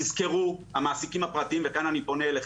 תזכרו, המעסיקים הפרטיים, וכאן אני פונה אליכם.